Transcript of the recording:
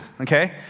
okay